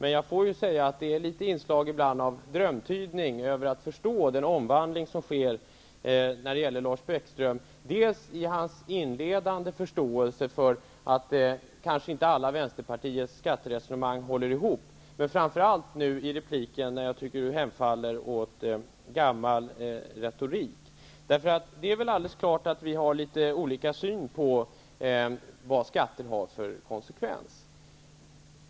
Ibland finns det vissa inslag av drömtydning när det gäller att förstå den omvandling som sker med Lars Bäckström i fråga om hans inledande förståelse för att kanske inte alla Vänsterpartiets skatteresonemang håller ihop, men framför allt nu i repliken när jag tycker att han hemfaller åt gammal retorik. Det är alldeles klart att vi har litet olika syn på vad skatter har för konsekvens.